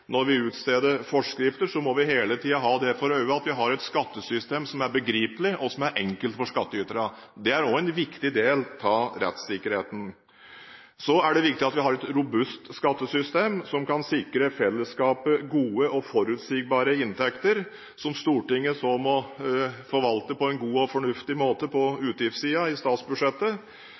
når man utformer forskrifter, må man hele tiden ha det for øye at vi har et skattesystem som er begripelig og enkelt for skattyterne. Det er også en viktig del av rettssikkerheten. Det er viktig at vi har et robust skattesystem som kan sikre fellesskapet gode og forutsigbare inntekter, som Stortinget så må forvalte på en god og fornuftig måte på utgiftssiden i statsbudsjettet.